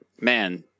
man